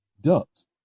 Ducks